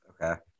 Okay